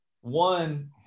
one